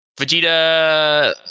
Vegeta